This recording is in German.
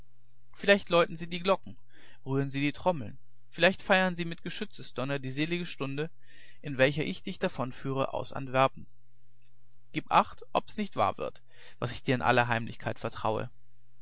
vielleicht läuten sie die glocken rühren sie die trommeln vielleicht feiern sie mit geschützesdonner die selige stunde in welcher ich dich davonführe aus antwerpen gib acht ob's nicht wahr wird was ich dir in aller heimlichkeit vertraue